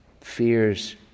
fears